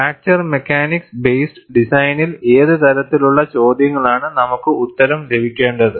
fracture mechanics based ഡിസൈനിൽ ഏത് തരത്തിലുള്ള ചോദ്യങ്ങളാണ് നമുക്ക് ഉത്തരം ലഭിക്കേണ്ടത്